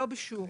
לא בשיעורים,